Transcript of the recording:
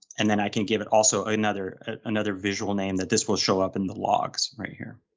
and then i can give it also another another visual name that this will show up in the logs right here.